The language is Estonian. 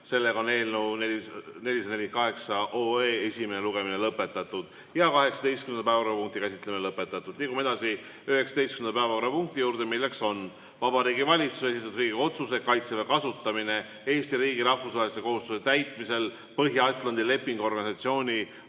kell 10.30. Eelnõu 448 esimene lugemine on lõpetatud ja 18. päevakorrapunkti käsitlemine lõpetatud. Liigume edasi 19. päevakorrapunkti juurde, milleks on Vabariigi Valitsuse esitatud Riigikogu otsuse "Kaitseväe kasutamine Eesti riigi rahvusvaheliste kohustuste täitmisel Põhja-Atlandi Lepingu Organisatsiooni